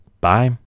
Bye